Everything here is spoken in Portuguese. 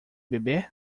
bebê